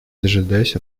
дожидаясь